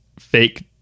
fake